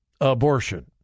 Abortion